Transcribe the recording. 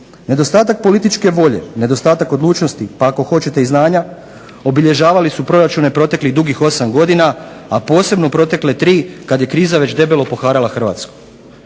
Nedostatak političke volje, nedostatak odlučnosti pa ako hoćete i znanja obilježavali su proračune proteklih dugih 8 godina, a posebno protekle 3 kad je kriza već debelo poharala Hrvatsku.